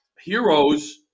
heroes